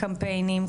קמפיינים,